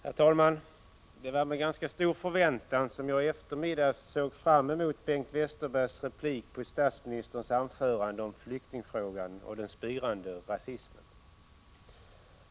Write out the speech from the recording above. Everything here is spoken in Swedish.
Herr talman! Det var med stor förväntan jag i eftermiddags såg fram mot Bengt Westerbergs replik på statsministerns anförande om flyktingfrågan och den spirande rasismen.